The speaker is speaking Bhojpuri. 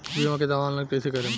बीमा के दावा ऑनलाइन कैसे करेम?